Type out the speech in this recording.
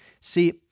See